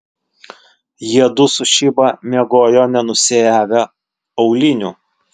jiedu su šiba miegojo nenusiavę aulinių